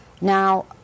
now